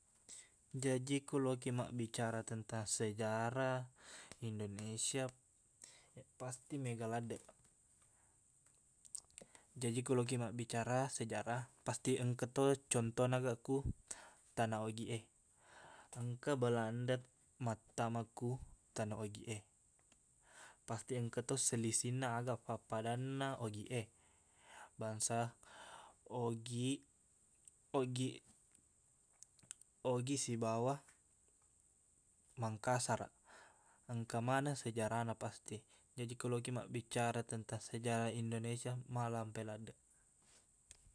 Jaji ku lokkiq mabbicara tentang sejarah indonesia pasti mega laddeq jaji ko lokiq mabbicara sejarah pasti engkato contohna ga ku tana ogiq e engka belanda mattama ku tana ogiq e pasti engkato selisinna aga pappadanna ogiq e bangsa ogiq ogiq ogiq- sibawa mangkasaraq engka maneng sejarahna pasti jaji ku lokiq mabbicara tentang sejarah indonesia malampeq laddeq